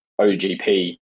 OGP